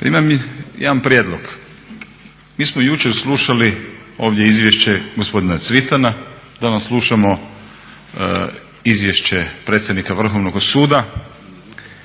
Pa imam jedan prijedlog, mi smo jučer slušali ovdje izvješće gospodina Cvitana, danas slušamo izvješće predsjednika Vrhovnog suda,